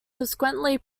subsequently